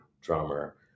drummer